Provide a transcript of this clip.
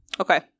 okay